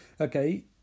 Okay